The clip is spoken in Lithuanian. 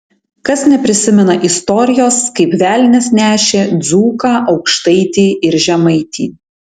kas neprisimena istorijos kaip velnias nešė dzūką aukštaitį ir žemaitį